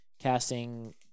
casting